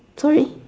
sorry